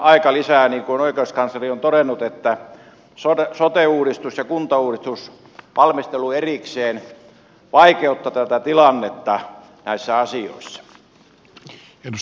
niin kuin oikeuskansleri on todennut sote uudistus ja kuntauudistusvalmistelu erikseen vaikeuttaa tätä tilannetta näissä asioissa